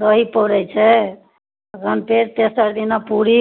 दही पौरैत छै तखन फेर तेसर दिना पूरी